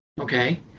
okay